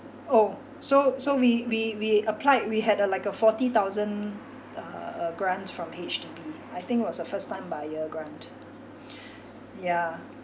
oh so so we we we applied we had a like a forty thousand uh uh grant from H_D_B I think was a first time buyer grant yeah